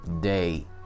day